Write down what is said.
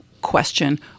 question